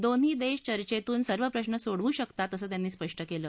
दोन्ही देश चर्येतून सर्व प्रश्न सोडवू शकतात असं त्यांनी स्पष्ट केलं